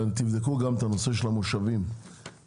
תבדקו גם את הנושא של המושבים באמת,